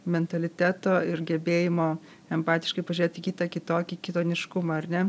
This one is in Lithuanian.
mentaliteto ir gebėjimo empatiškai pažiūrėt į kitą kitokį kitoniškumą ar ne